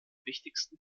wichtigsten